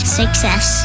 success